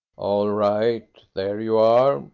all right, there you are,